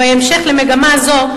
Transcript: בהמשך למגמה זו,